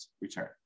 return